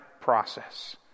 process